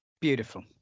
Beautiful